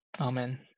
Amen